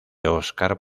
óscar